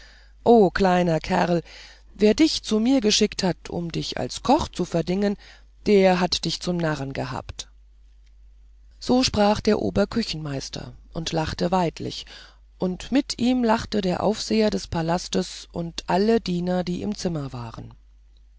kleiner wer dich zu mir geschickt hat um dich als koch zu verdingen der hat dich zum narren gehabt so sprach der oberküchenmeister und lachte weidlich und mit ihm lachte der aufseher des palastes und alle diener die im zimmer waren